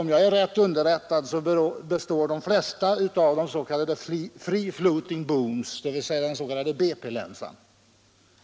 Om jag är riktigt underrättad består de flesta av dessa länsor av s.k. free floating booms, den s.k. BP-länsan.